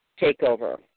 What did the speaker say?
takeover